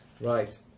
Right